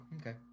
okay